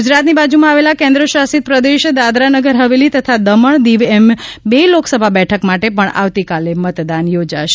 ગુજરાતની બાજુમાં આવેલા કેન્દ્રશાસિત પ્રદેશ દાદરા નગર હવેલી તથા દમણ દીવ એમ બે લોકસભા બેઠક માટે પણ આવતીકાલે મતદાન યોજાશે